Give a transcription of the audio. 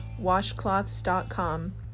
washcloths.com